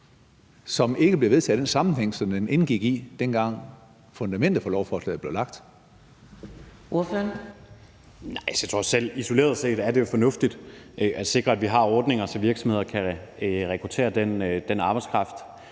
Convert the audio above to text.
som ikke bliver vedtaget i den sammenhæng, som det indgik i, dengang fundamentet for lovforslaget blev lagt?